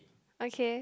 okay